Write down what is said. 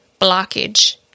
blockage